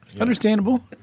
Understandable